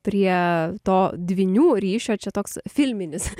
prie to dvynių ryšio čia toks filminis